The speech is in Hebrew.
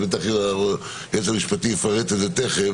ובטח היועץ המשפטי יפרט על זה תיכף